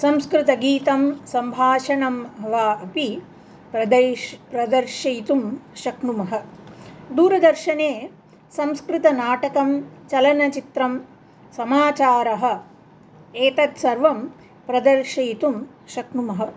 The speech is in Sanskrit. संस्कृतगीतं सम्भाषणं वा अपि प्रदर्श् प्रदर्शयितुं शक्नुमः दूरदर्शने संस्कृतनाटकं चलनचित्रं समाचारः एतत् सर्वं प्रदर्शयितुं शक्नुमः